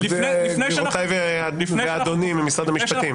גבירותיי ואדוני ממשרד המשפטים.